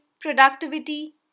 productivity